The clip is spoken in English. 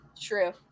True